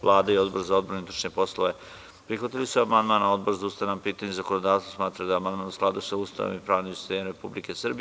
Vlada i Odbor za odbranu i unutrašnje poslove prihvatili su amandman, a Odbor za ustavna pitanja i zakonodavstvo smatra da je amandmanu skladu sa Ustavom i pravnim sistemom Republike Srbije.